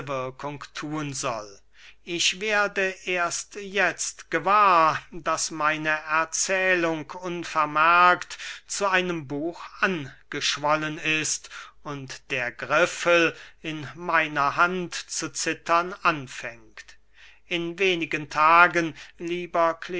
thun soll ich werde erst jetzt gewahr daß meine erzählung unvermerkt zu einem buch angeschwollen ist und der griffel in meiner hand zu zittern anfängt in wenigen tagen lieber